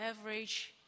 average